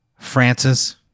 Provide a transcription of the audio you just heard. Francis